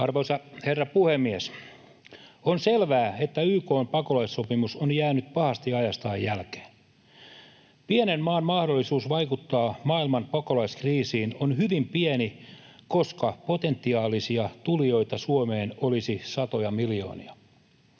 Arvoisa herra puhemies! On selvää, että YK:n pakolaissopimus on jäänyt pahasti ajastaan jälkeen. Pienen maan mahdollisuus vaikuttaa maailman pakolaiskriisiin on hyvin pieni, koska potentiaalisia tulijoita Suomeen olisi satoja miljoonia.